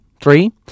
three